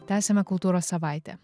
tęsiame kultūros savaitę